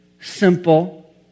simple